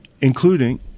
including